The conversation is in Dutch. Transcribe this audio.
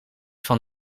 van